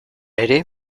ere